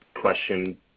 question